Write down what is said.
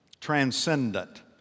Transcendent